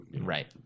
Right